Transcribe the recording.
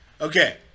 okay